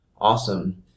Awesome